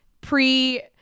pre